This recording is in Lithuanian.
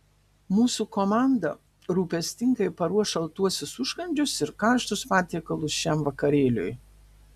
mūsų komanda rūpestingai paruoš šaltuosius užkandžius ir karštus patiekalus šiam vakarėliui